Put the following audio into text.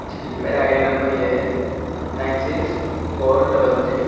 جی جی میرا I D number یہ ہے nine six four double three